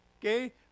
okay